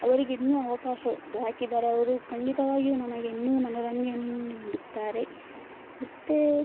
ಅವರಿಗೆ ಇನ್ನೂ ಅವಕಾಶ ದೊರಕಿದರೆ ಅವರು ಖಂಡಿತವಾಗಿಯೂ ನಮಗೆ ಇನ್ನೂ ಮನೋರಂಜನೆ ನೀಡುತ್ತಾರೆ ಮತ್ತು